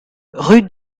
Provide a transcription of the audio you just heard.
rue